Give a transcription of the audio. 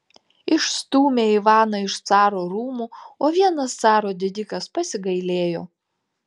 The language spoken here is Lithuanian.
išstūmė ivaną iš caro rūmų o vienas caro didikas pasigailėjo